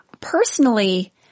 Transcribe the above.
Personally